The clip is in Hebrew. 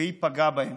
והיא פגעה בהם.